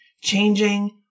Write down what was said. changing